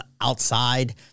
outside